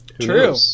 True